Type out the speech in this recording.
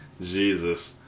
Jesus